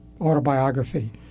autobiography